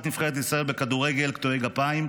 נבחרת ישראל בכדורגל קטועי גפיים,